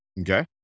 okay